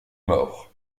mort